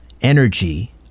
energy